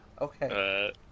Okay